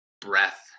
breath